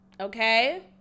okay